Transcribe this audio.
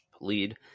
lead